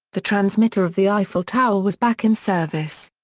the transmitter of the eiffel tower was back in service.